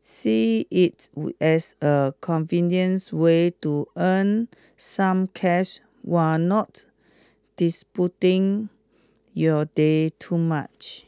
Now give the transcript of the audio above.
see it as a convenience way to earn some cash while not disrupting your day too much